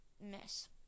miss